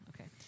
okay